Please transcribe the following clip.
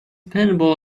pinball